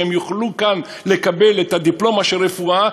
שהם יוכלו כאן לקבל דיפלומה של רפואה,